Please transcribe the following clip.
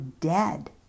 dead